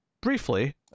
briefly